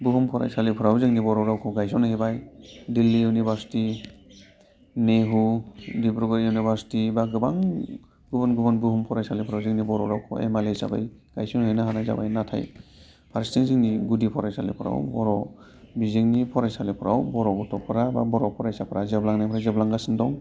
बुहुम फरायसालिफोराव जोंनि बर' रावखौ गायसनहैबाय दिल्ली इउनिभार्सिटि नेहु डिब्रुगड़ इउनिभार्सिटि बा गोबां गुबुन गुबुन बुहुम फरायसालिफोराव जोंनि बर' रावखौ एम आइ एल हिसाबै गायसनहैनो हानाय जाबाय नाथाय फारसेथिं जोंनि गुदि फरायसालिफोराव बर' बिजोंनि फरायसालिफोराव बर' गथ'फोरा बा बर' फरायसाफोरा जोबलांनायनिफ्राय जोबलांगासिनो दं